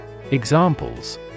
Examples